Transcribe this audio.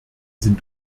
sind